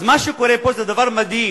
אז מה שקורה פה זה דבר מדהים.